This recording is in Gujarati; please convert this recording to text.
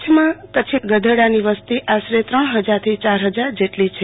કચ્છમાં કચ્છી ગધેડાની વસ્તી આશરે ત્રણ હજારથી ચાર હજાર જેટલી છે